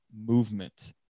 movement